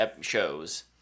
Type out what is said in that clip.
shows